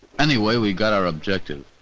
anyway, we got our objective,